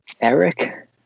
Eric